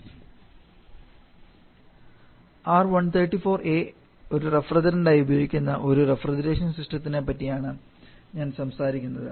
R134a ഒരു റഫ്രിജറന്റായി ഉപയോഗിക്കുന്ന ഒരു റഫ്രിജറേഷൻ സിസ്റ്റത്തിന് പറ്റിയാണ് ഞാൻ സംസാരിക്കുന്നത്